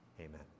Amen